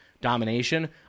Domination